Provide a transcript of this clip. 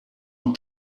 een